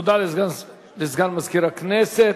תודה לסגן מזכיר הכנסת.